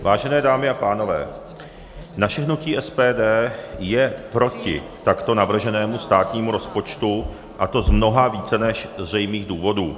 Vážené dámy a pánové, naše hnutí SPD je proti takto navrženému státnímu rozpočtu, a to z mnoha více než zřejmých důvodů.